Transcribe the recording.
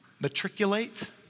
matriculate